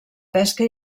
pesca